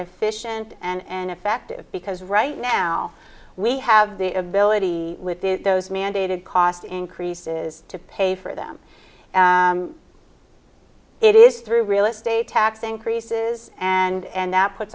efficient and effective because right now we have the ability within those mandated cost increases to pay for them it is three real estate tax increases and that puts